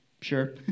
sure